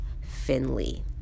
Finley